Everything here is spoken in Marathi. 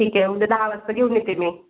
ठीक आहे उद्या दहा वाजता घेऊन येते मी